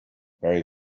very